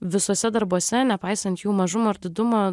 visuose darbuose nepaisant jų mažumo ir didumo